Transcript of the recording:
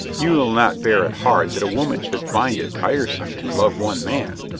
you'll not bear it hard that a woman should find it tiresome to love one man?